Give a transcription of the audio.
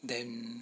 then